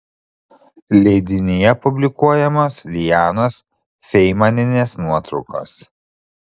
leidinyje publikuojamos lijanos feimanienės nuotraukos